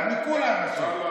מכולם, מכולם.